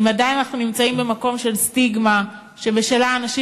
אם עדיין אנחנו נמצאים במקום של סטיגמה שבשלה אנשים